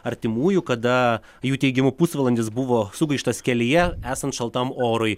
artimųjų kada jų teigimu pusvalandis buvo sugaištas kelyje esant šaltam orui